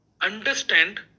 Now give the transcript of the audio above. Understand